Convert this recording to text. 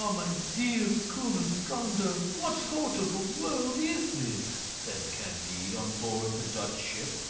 um my dear cunegonde, ah what sort of a world is this? said candide on board the dutch ship.